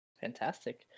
Fantastic